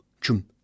chum